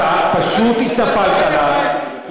אתה פשוט התנפלת עליו,